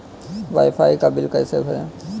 Wi fi का bill कैसे भरें?